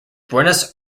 buenos